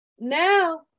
Now